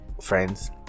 friends